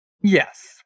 Yes